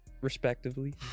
respectively